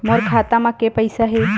मोर खाता म के पईसा हे?